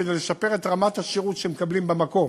כדי לשפר את רמת השירות שמקבלים במקום.